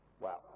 Wow